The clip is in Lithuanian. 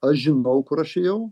aš žinau kur aš ėjau